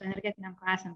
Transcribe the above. energetinėm klasėm